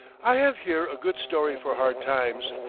i have here a good story for hard times.